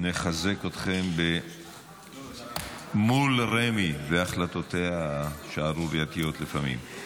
נחזק אתכם מול רמ"י בהחלטותיה השערורייתיות לפעמים.